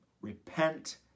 repent